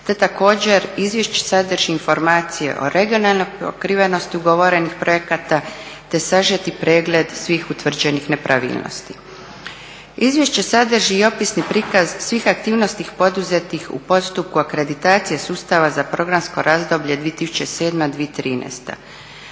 te također izvješće sadrži informacije o regionalnoj pokrivenosti ugovorenih projekata, te sažeti pregled svih utvrđenih nepravilnosti. Izvješće sadrži i opisni prikaz svih aktivnosti poduzetih u postupku akreditacije sustava za programsko razdoblje 2007.-2013.